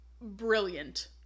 Brilliant